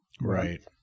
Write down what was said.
right